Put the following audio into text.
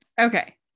Okay